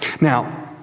Now